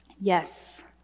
Yes